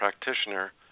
practitioner